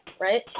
Right